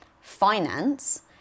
finance